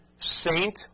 saint